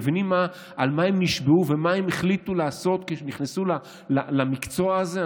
מבינים על מה הם נשבעו ומה הם החליטו לעשות כשהם נכנסו למקצוע הזה,